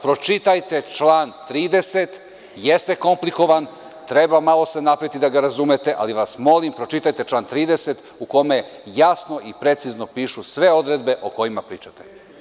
Pročitajte, član 30, jeste komplikovan, treba se malo napreti da ga razumete, ali vas molim pročitajte član 30. u kome jasno i precizno pišu sve odredbe o kojima pričate.